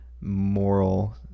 moral